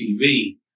TV